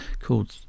called